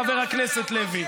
חבר הכנסת לוי.